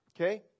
Okay